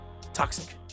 toxic